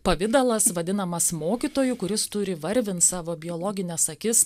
pavidalas vadinamas mokytoju kuris turi varvint savo biologines akis